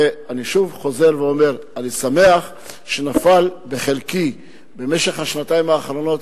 ואני שוב חוזר ואומר: אני שמח שנפל בחלקי השנתיים האחרונות